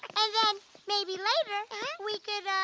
and then maybe later we could, um,